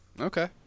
Okay